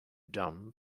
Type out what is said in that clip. dumb